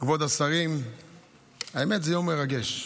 כבוד השרים, האמת, זה יום מרגש,